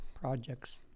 projects